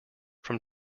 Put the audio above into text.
from